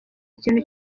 ikintu